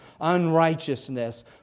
unrighteousness